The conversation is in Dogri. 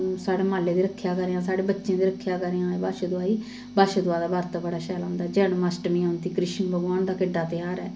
साढ़े माल्ले दी रक्खेआ करेआं साढ़े बच्चें दी रक्खेआ करेआं ए बच्छदुआही बच्छदुआह् दा बर्त बड़ा शैल होंदा जनमाश्टमी औंदी कृश्ण भगवान दा केड्डा तेहार ऐ